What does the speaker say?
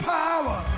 power